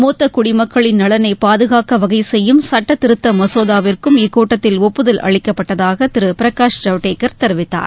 மூத்த குடிமக்களின் நலனை பாதுகாக்க வகை செய்யும் சட்டத்திருத்த மசோதாவிற்கும் இக்கூட்டத்தில் ஒப்புதல் அளிக்கப்பட்டதாக திரு பிரகாஷ் ஜவடேகர் தெரிவித்தார்